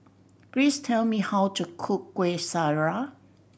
please tell me how to cook Kuih Syara